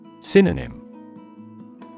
Synonym